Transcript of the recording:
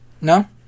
No